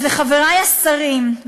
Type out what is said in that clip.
אז לחברי השרים,